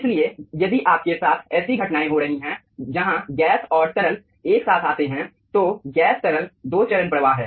इसलिए यदि आपके साथ ऐसी घटनाएँ हो रही हैं जहाँ गैस और तरल एक साथ आते हैं तो गैस तरल दो चरण प्रवाह है